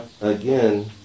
again